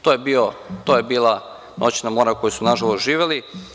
To je bila noćna mora koju su, nažalost, živeli.